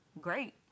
great